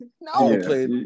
No